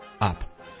up